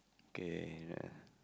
okay ya